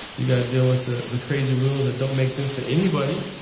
you gotta deal with the the crazy rules that don't make sense to anybody.